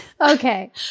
okay